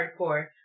Hardcore